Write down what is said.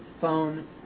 Phone